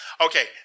Okay